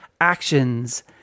actions